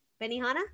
benihana